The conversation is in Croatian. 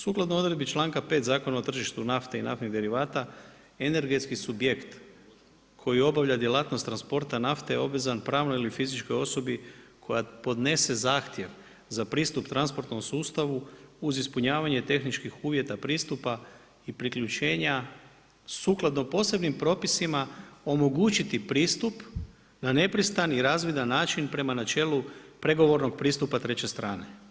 Sukladno odredbi članka 5. Zakona o tržištu nafte i naftnih derivata, energetski subjekt koji obavlja djelatnost transporta nafte je obvezan pravnoj ili fizičkoj osobi koja podnese zahtjev za pristup transportnom sustavu, uz ispunjavanje tehničkih uvjeta pristupa i priključenja sukladno posebnim propisima, omogućiti pristup na nepristrani i razvidan način prema načelu pregovornog pristupa treće strane.